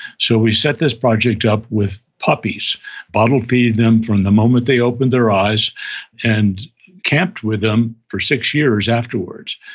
so we set this project up with puppies bottle-fed them from the moment they opened their eyes and camped with them for six years afterwards.